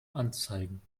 anzeigen